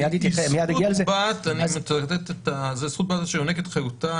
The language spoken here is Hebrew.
אני מצטט: "היא זכות-בת אשר יונקת את חיותה,